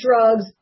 drugs